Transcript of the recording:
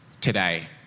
today